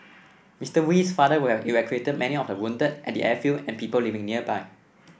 Mister Wee's father would have evacuated many of the wounded at the airfield and people living nearby